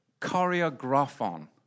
choreographon